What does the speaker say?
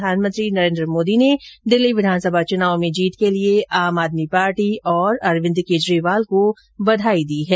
प्रधानमंत्री नरेन्द्र मोदी ने दिल्ली विधानसभा चुनाव में जीत के लिए आम आदमी पार्टी और अरविंद केजरीवाल को बधाई दी है